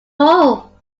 all